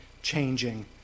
changing